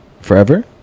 Forever